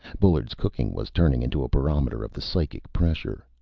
bullard's cooking was turning into a barometer of the psychic pressure.